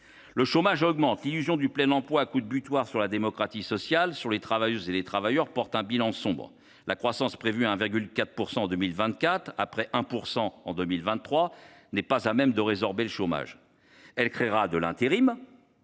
Le chômage augmente. L’illusion du plein emploi à coups de boutoir sur la démocratie sociale, sur les travailleuses et les travailleurs, porte un bilan sombre. La croissance, dont le taux augmentera de 1 % en 2023 à 1,4 % en 2024, ne permettra pas de résorber le chômage. Elle créera de l’intérim,